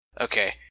Okay